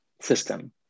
system